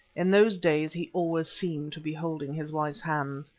in those days he always seemed to be holding his wife's hand.